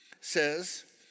says